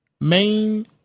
main